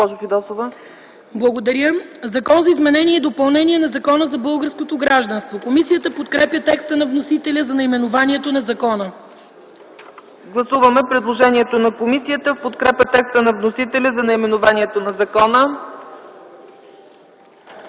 Благодаря. „Закон за изменение и допълнение на Закона за българското гражданство.” Комисията подкрепя текста на вносителя за наименованието на закона. ПРЕДСЕДАТЕЛ ЦЕЦКА ЦАЧЕВА: Гласуваме предложението на комисията в подкрепа текста на вносителя за наименованието на закона.